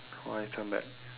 oh I turn back